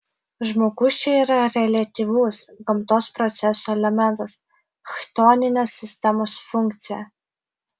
žmogus čia yra reliatyvus gamtos procesų elementas chtoninės sistemos funkcija